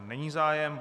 Není zájem.